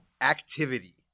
activity